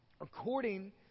According